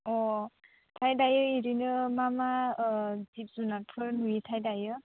अ ओमफ्राय दायो बिदिनो मा मा जिब जुनारफोर नुयोथाय दायो